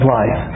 life